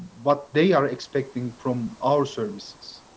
what they are expecting from our services. ah,